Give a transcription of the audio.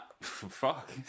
fuck